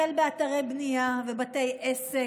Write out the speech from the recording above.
החל באתרי בנייה ובתי עסק,